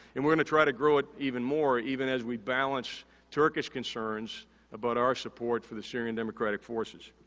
and, we're gonna try to grow it even more even as we balance turkish concerns about our support for the syrian democratic forces.